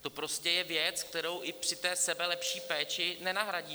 To prostě je věc, kterou i při té sebelepší péči nenahradíte.